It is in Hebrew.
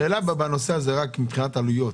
השאלה בנושא הזה היא רק מבחינת עלויות.